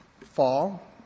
fall